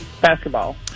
Basketball